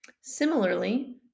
Similarly